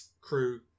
crew